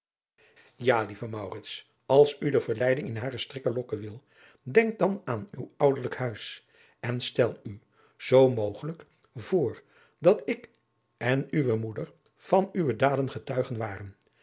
ja lieve maurits als u de verleiding in hare strikken lokken wil denk dan aan uw ouderlijk huis en stel u zoo mogelijk voor dat ik en uwe moeder van uwe daden getuigen waren